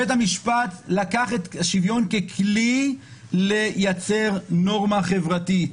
בית המשפט לקח את השוויון ככלי לייצר נורמה חברתית,